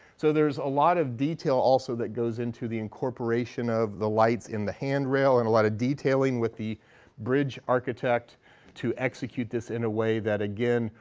so there's a lot of detail also that goes into the incorporation of the lights in the handrail and a lot of detailing with the bridge architect to execute this in a way that, again,